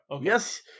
Yes